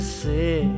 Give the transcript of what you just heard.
say